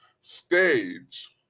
stage